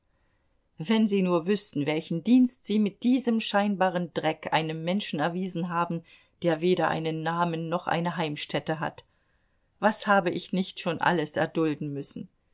wenn sie nur wüßten welchen dienst sie mit diesem scheinbaren dreck einem menschen erwiesen haben der weder einen namen noch eine heimstätte hat was habe ich nicht schon alles erdulden müssen